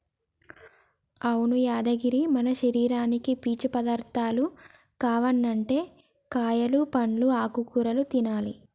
అవును యాదగిరి మన శరీరానికి పీచు పదార్థాలు కావనంటే కాయలు పండ్లు ఆకుకూరలు తినాలి